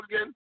again